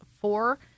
four